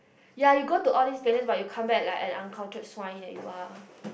ya you go to all these places but you come back like an uncultured swine you are